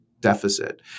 Deficit